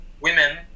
women